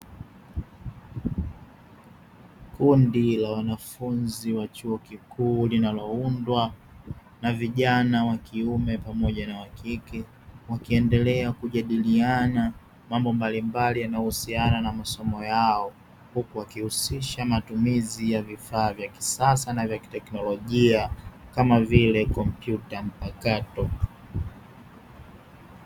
Kundi la wanafunzi wa chuo kikuu linaloundwa na vijana wa kiume pamoja na wakike, wakiendelea kujadiliana mambo mbalimbali yanayo husiana na masomo yao huku wakihusisha matumizi ya vifaa vya kisasa na vya kiteknolojia kama vile kompyuta mpakato.